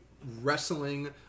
wrestling